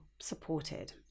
supported